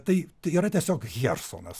tai yra tiesiog hjersonas